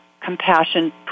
compassion